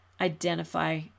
identify